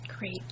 Great